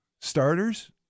starters